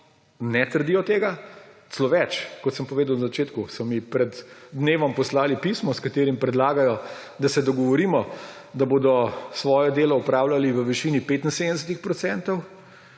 ne trdijo tega, celo več, kot sem povedal na začetku, so mi pred dnevom poslali pismo, s katerim predlagajo, da se dogovorimo, da bodo svoje delo opravljali v višini 75